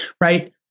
Right